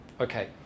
Okay